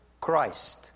Christ